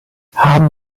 haben